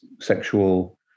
sexual